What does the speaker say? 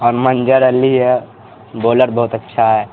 اور منظر علی ہے بولر بہت اچھا ہے